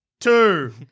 two